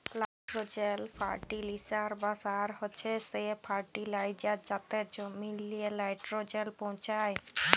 nitrogen fertiliser বা সার হছে সে ফার্টিলাইজার যাতে জমিল্লে লাইট্রোজেল পৌঁছায়